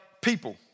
people